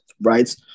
right